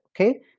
Okay